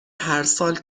هرسال